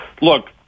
Look